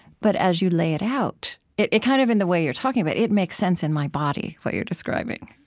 but as you lay it out, it it kind of in the way you're talking about it, it makes sense in my body, what you're describing.